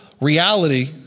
reality